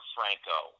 Franco